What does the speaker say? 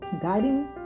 Guiding